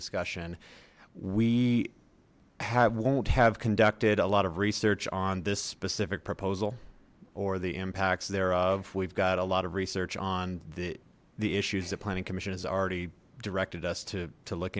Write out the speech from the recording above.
discussion we have won't have conducted a lot of research on this specific proposal or the impacts thereof we've got a lot of research on the issues that planning commission has already directed us to to look